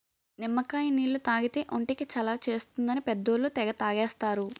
నిమ్మకాయ నీళ్లు తాగితే ఒంటికి చలవ చేస్తుందని పెద్దోళ్ళు తెగ తాగేస్తారు